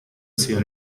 zia